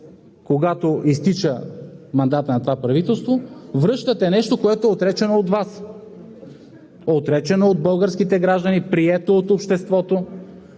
когато изтича мандатът на това правителство, връщате нещо, което е отречено от Вас, отречено от българските граждани, прието от обществото?